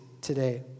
today